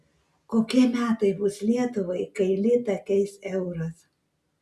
kokie metai bus lietuvai kai litą keis euras